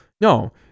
no